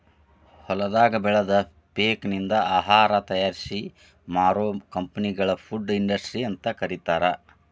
ಹೊಲದಾಗ ಬೆಳದ ಪೇಕನಿಂದ ಆಹಾರ ತಯಾರಿಸಿ ಮಾರೋ ಕಂಪೆನಿಗಳಿ ಫುಡ್ ಇಂಡಸ್ಟ್ರಿ ಅಂತ ಕರೇತಾರ